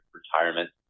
retirement